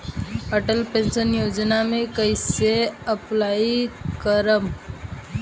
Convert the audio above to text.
Atal pension योजना मे कैसे अप्लाई करेम?